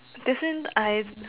that's means I